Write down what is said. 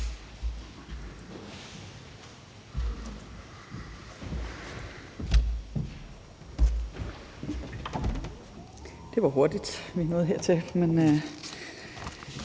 Det var hurtigt, vi nåede hertil, men